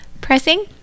Pressing